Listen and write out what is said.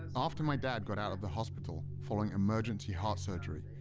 after my dad got out of the hospital following emergency heart surgery,